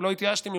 ולא התייאשתי מכם,